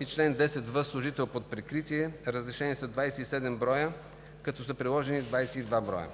и - чл. 10в – служител под прикритие: разрешени са 27 броя, като са приложени 22 броя.